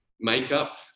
makeup